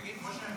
תגיד, משה,